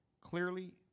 clearly